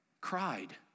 cried